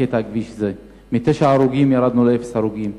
בקטע כביש זה, מתשעה הרוגים ירדנו לאפס הרוגים.